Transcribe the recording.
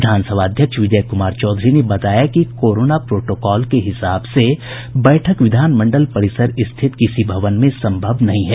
विधानसभा अध्यक्ष विजय कुमार चौधरी ने बताया कि कोरोना प्रोटोकॉल के हिसाब से बैठक विधान मंडल परिसर स्थित किसी भवन में सम्भव नहीं है